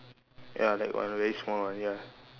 ya that one very small one ya